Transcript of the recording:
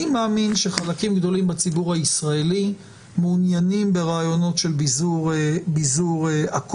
מאמין שחלקים גדולים בציבור הישראלי מעוניינים ברעיונות של ביזור הכוח,